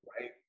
Right